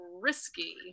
risky